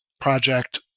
project